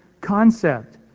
concept